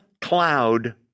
cloud